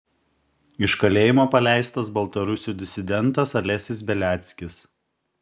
iš kalėjimo paleistas baltarusių disidentas alesis beliackis